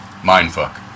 Mindfuck